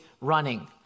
running